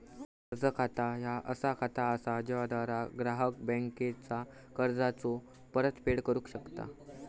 कर्ज खाता ह्या असा खाता असा ज्याद्वारा ग्राहक बँकेचा कर्जाचो परतफेड करू शकता